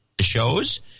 Shows